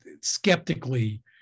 skeptically